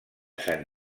sant